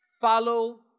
follow